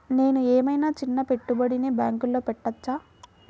నేను ఏమయినా చిన్న పెట్టుబడిని బ్యాంక్లో పెట్టచ్చా?